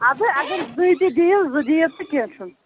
اَدٕ اگر زٕے تہٕ دِیِو زٕ دِیِو تہٕ کیٚنٛہہ چھُنہٕ